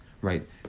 right